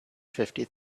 fifty